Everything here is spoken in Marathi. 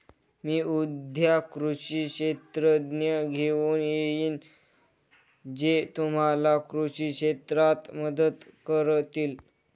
मी उद्या कृषी शास्त्रज्ञ घेऊन येईन जे तुम्हाला कृषी शास्त्रात मदत करतील